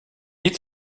est